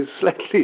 slightly